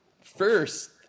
First